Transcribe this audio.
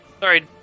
Sorry